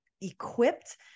equipped